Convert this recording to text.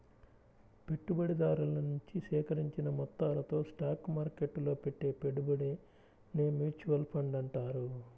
పెట్టుబడిదారుల నుంచి సేకరించిన మొత్తాలతో స్టాక్ మార్కెట్టులో పెట్టే పెట్టుబడినే మ్యూచువల్ ఫండ్ అంటారు